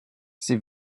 sie